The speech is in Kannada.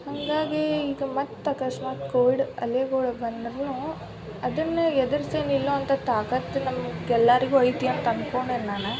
ಹಾಗಾಗಿ ಈಗ ಮತ್ತೆ ಅಕಸ್ಮಾತ್ ಕೋವಿಡ್ ಅಲೆಗಳು ಬಂದ್ರೂ ಅದನ್ನು ಎದುರಿಸಿ ನಿಲ್ಲುವಂಥ ತಾಕತ್ತು ನಮ್ಗೆ ಎಲ್ಲರಿಗೂ ಐತಿ ಅಂತ ಅನ್ಕೊಂಡೆನೆ ನಾನು